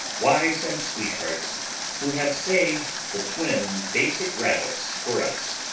wives and sweethearts who have saved the twin basic rabbits for us.